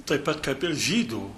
taip pat kaip ir žydų